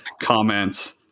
comments